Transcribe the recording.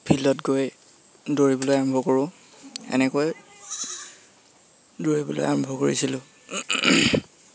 ফিল্ডত গৈ দৌৰিবলৈ আৰম্ভ কৰোঁ এনেকৈ দৌৰিবলৈ আৰম্ভ কৰিছিলোঁ